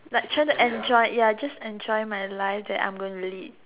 like trying to enjoy ya just enjoy my life that I am going to lead